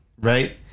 Right